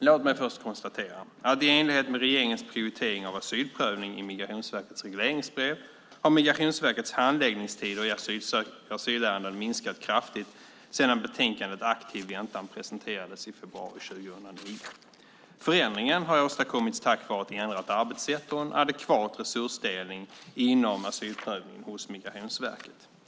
Låt mig först konstatera att i enlighet med regeringens prioritering av asylprövning i Migrationsverkets regleringsbrev har Migrationsverkets handläggningstider i asylärenden minskat kraftigt sedan betänkandet Aktiv väntan - asylsökande i Sverige presenterades i februari 2009. Förändringen har åstadkommits tack vare ett ändrat arbetssätt och en adekvat resursdelning inom asylprövningen hos Migrationsverket.